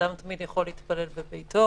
אדם תמיד יכול להתפלל בביתו,